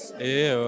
Et